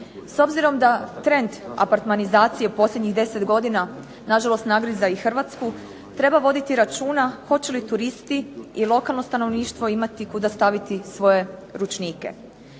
S obzirom da trend apartmanizacije u posljednjih deset godina nažalost nagriza i Hrvatsku treba voditi računa hoće li turisti i lokalno stanovništvo imati kuda staviti svoje ručnike.